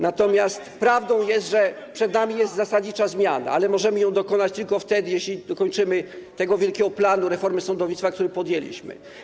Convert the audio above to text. Natomiast prawdą jest, że przed nami jest zasadnicza zmiana, ale możemy jej dokonać tylko wtedy, jeśli ukończymy ten wielki plan reformy sądownictwa, którą podjęliśmy.